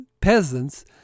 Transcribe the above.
peasants